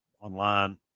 online